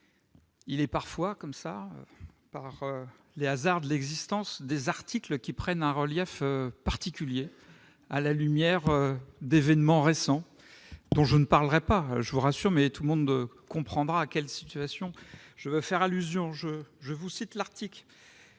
est à M. Pierre Ouzoulias. Par les hasards de l'existence, certains articles prennent un relief particulier à la lumière d'événements récents, dont je ne parlerai pas, je vous rassure, même si tout le monde comprend à quelle situation je veux faire allusion. C'est le cas de l'article